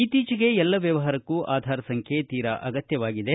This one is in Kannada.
ಇತ್ತೀಚಿಗೆ ಎಲ್ಲ ವ್ಯವಹಾರಕ್ಕೂ ಆಧಾರ್ ಸಂಖ್ಯೆ ತೀರಾ ಅಗತ್ಯವಾಗಿದೆ